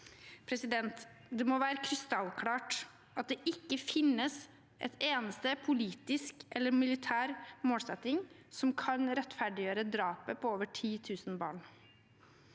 regler. Det må være krystallklart at det ikke finnes en eneste politisk eller militær målsetting som kan rettferdiggjøre drapet på over 10 000 barn.